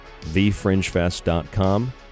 TheFringeFest.com